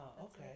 okay